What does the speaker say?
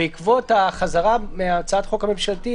בעקבות החזרה מהצעת החוק הממשלתית,